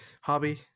hobby